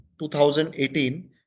2018